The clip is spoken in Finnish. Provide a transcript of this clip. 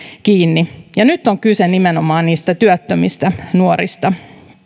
kiinni nyt on kyse nimenomaan niistä työttömistä nuorista